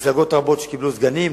מפלגות רבות שקיבלו סגנים,